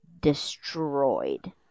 destroyed